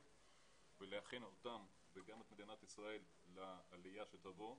ולהכין אותם וגם את מדינת ישראל לעלייה שתבוא.